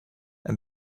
and